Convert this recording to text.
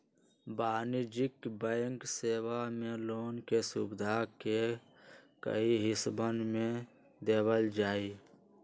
वाणिज्यिक बैंक सेवा मे लोन के सुविधा के कई हिस्सवन में देवल जाहई